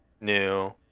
new